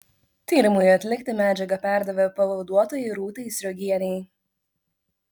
tyrimui atlikti medžiagą perdavė pavaduotojai rūtai sriogienei